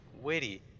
witty